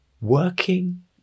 Working